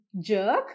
jerk